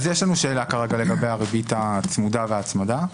יש לנו כרגע שאלה לגבי הריבית הצמודה וההצמדה,